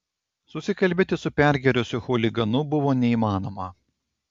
susikalbėti su pergėrusiu chuliganu buvo neįmanoma